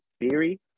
theory